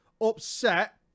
upset